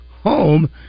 home